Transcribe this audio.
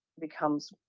becomes